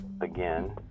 again